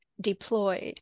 deployed